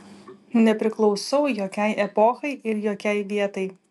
nepriklausau jokiai epochai ir jokiai vietai